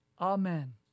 amen